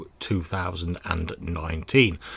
2019